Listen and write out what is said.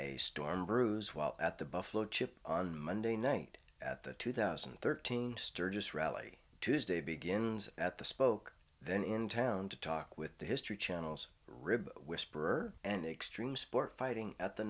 a storm brews while at the buffalo chip monday night at the two thousand and thirteen sturgis rally tuesday begins at the spoke then in town to talk with the history channel's rib whisperer and extreme sport fighting at the